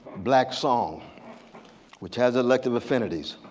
black song which has elective affinities,